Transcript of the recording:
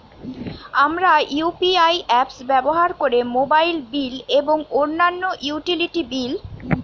আমরা UPI apps ব্যবহার করে মোবাইল বিল এবং অন্যান্য ইউটিলিটি বিল পরিশোধ করতে পারি